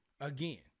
Again